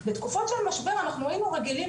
בתקופות של משבר אנחנו היינו רגילים